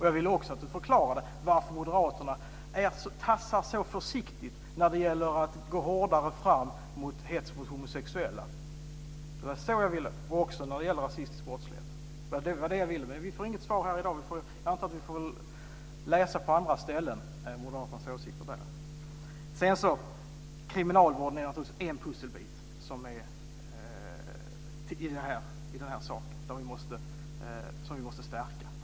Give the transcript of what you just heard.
Jag vill också att Jeppe Johnsson förklarar varför Moderaterna tassar så försiktigt när det gäller att gå hårdare fram mot hets mot homosexuella och också mot rasistisk brottslighet. Men vi får inga svar här i dag. Jag antar att vi får läsa på andra ställen om Moderaternas åsikter. Kriminalvården är naturligtvis en pusselbit i det här som vi självfallet måste stärka.